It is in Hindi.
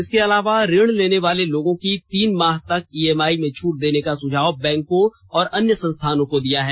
इसके अलावा ऋण लेने वाले लोगों की तीन माह तक इएमआई में छूट देने का सुझाव बैंकों और अन्य संस्थानों को दिया है